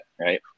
right